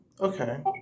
Okay